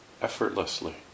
effortlessly